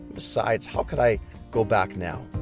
besides, how could i go back now?